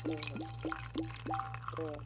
एह दे